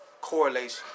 Correlation